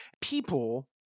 People